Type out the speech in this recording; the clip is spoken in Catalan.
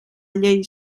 llei